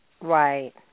right